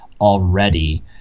already